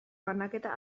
banaketa